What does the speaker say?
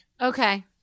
Okay